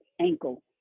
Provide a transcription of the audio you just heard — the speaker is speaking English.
ankle